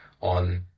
on